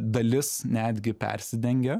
dalis netgi persidengia